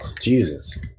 Jesus